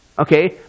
Okay